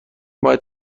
باید